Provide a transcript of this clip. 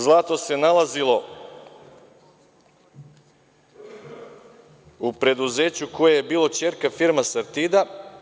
Zlato se nalazilo u preduzeću koje je bilo ćerka firma „Sartida“